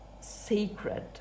sacred